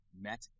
met